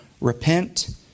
repent